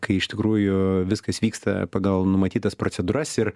kai iš tikrųjų viskas vyksta pagal numatytas procedūras ir